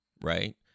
right